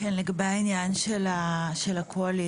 לגבי העניין של ה-QALY,